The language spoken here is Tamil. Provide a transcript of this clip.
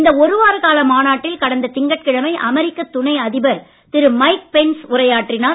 இந்த ஒரு வார கால மாநாட்டில் கடந்த திங்கட்கிழமை அமெரிக்க துணை அதிபர் திரு மைக் பென்ஸ் உரையாற்றினார்